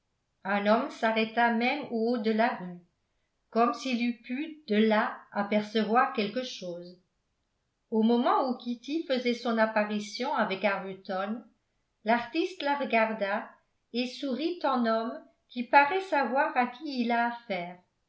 un homme s'arrêta même au haut de la rue comme s'il eût pu de là apercevoir quelque chose au moment où kitty faisait son apparition avec arbuton l'artiste la regarda et sourit en homme qui paraît savoir à qui il a